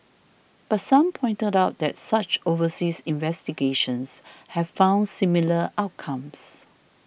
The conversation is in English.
but some pointed out that such overseas investigations have found similar outcomes